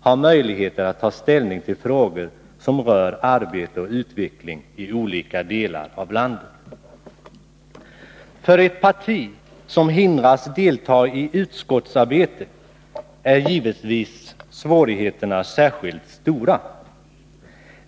har möjligheter att ta ställning till frågor som rör arbete och utveckling i olika delar av landet. För ett parti som hindras att delta i utskottsarbetet är givetvis svårigheterna särskilt stora.